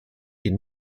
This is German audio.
den